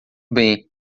bem